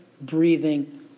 breathing